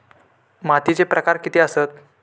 मातीचे प्रकार किती आसत?